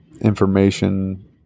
information